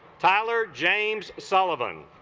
tyler james sullivan